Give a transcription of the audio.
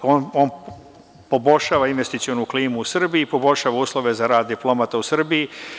On poboljšava investicionu klimu u Srbiji, poboljšava uslove za rad diplomata u Srbiji.